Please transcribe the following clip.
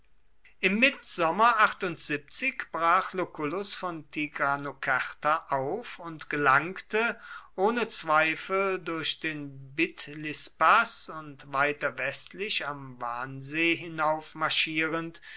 im mittsommer brach lucullus von tigranokerta auf und gelangte ohne zweifel durch den bitlispaß und weiter westlich am wansee hinauf marschierend